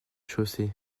chaussée